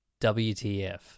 WTF